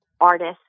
artist